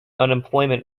unemployment